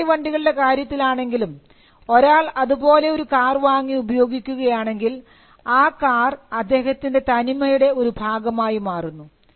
Ferrari വണ്ടികളുടെ കാര്യത്തിലാണെങ്കിലും ഒരാൾ അതു പോലെ ഒരു കാർ വാങ്ങി ഉപയോഗിക്കുകയാണെങ്കിൽ ആ കാർ അദ്ദേഹത്തിൻറെ തനിമയുടെ ഒരു ഭാഗമായി മാറുന്നു